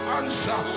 answer